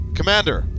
Commander